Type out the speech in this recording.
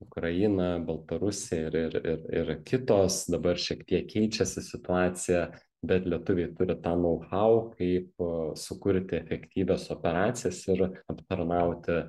ukraina baltarusija ir ir ir ir kitos dabar šiek tiek keičiasi situacija bet lietuviai tur tą nau hau kaip sukurti efektyvias operacijas ir aptarnauti